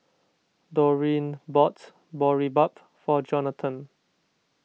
Dorene bought Boribap for Jonathon